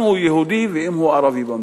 אם הוא יהודי ואם הוא ערבי.